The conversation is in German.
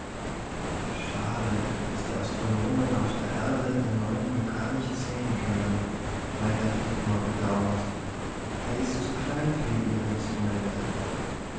schade daß die astronomen auf der erde den neuen vulkan nicht sehen können meinte flitmore bedauernd er ist zu klein für ihre instrumente